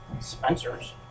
Spencers